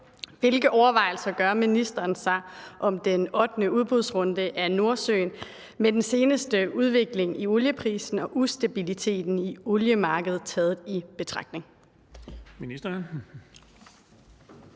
Hvilke overvejelser gør ministeren sig om den ottende udbudsrunde i Nordsøen med den seneste udvikling i olieprisen og ustabiliteten i oliemarkedet taget i betragtning?